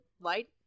light